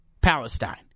Palestine